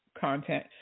content